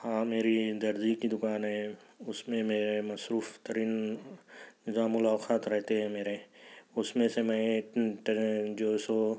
ہاں میری درزی کی دکان ہے اس میں میرے مصروف ترین جاں ملاقات رہتے ہیں میرے اس میں سے میں ایک جو سو